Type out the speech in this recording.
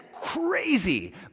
crazy